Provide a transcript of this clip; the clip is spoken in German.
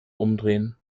umdrehen